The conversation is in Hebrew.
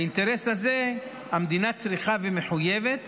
באינטרס הזה, המדינה צריכה ומחויבת